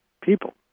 people